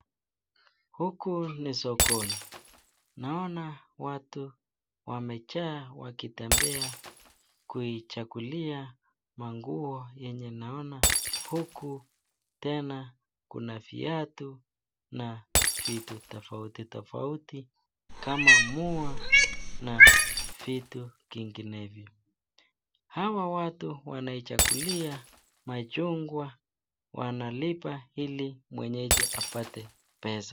Huku ni sokoni naona watu wamejaa wakitembea kuichagulia manguo yenye naona, huku tena kuna viatu na vitu tofauti tofauti kama muwa na vitu vinginevyo, hawa watu wanachagulia machungwa, wanalipa ili mwenyeji apate pesa.